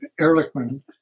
Ehrlichman